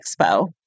expo